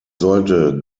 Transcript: sollte